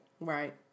Right